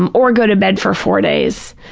um or go to bed for four days,